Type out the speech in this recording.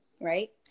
Right